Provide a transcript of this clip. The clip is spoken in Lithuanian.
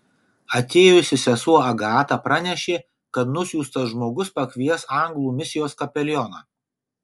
atėjusi sesuo agata pranešė kad nusiųstas žmogus pakvies anglų misijos kapelioną